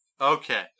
okay